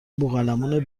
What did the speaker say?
بوقلمون